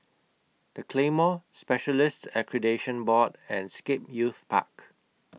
The Claymore Specialists Accreditation Board and Scape Youth Park